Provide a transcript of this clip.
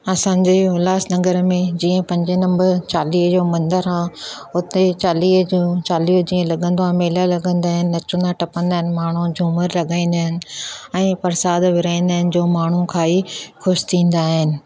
असांजे उल्हासनगर में जीअं पंजे नंबर चालीहे जो मंदरु आहे हुते चालीहे जूं चालीहो जीअं लॻंदो आहे मेला लॻंदा आहिनि नचंदा टपंदा आहिनि माण्हू झूमर लॻाईंदा आहिनि ऐं परसादु विरिहाईंदा आहिनि जो माण्हू खाई ख़ुशि थींदा आहिनि